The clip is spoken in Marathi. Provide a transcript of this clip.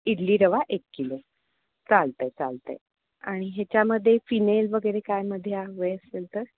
इडली रवा एक किलो चालतं आहे चालतं आहे आणि ह्याच्यामध्ये फिनेल वगैरे काय मध्ये हवे असेल तर